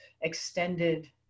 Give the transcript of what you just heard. extended